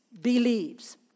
Believes